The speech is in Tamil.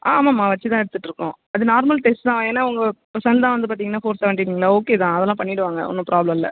ஆமாம்மா வச்சு தான் எடுத்துகிட்டு இருக்கோம் அது நார்மல் டெஸ்ட் தான் ஏன்னா உங்கள் சன் தான் வந்து பார்த்திங்கன்னா ஃபோர் செவன்ட்டினீங்கள ஓகே தான் அதெல்லாம் பண்ணிடுவாங்கள் ஒன்றும் ப்ராப்ளம் இல்லை